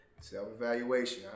Self-evaluation